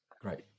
Great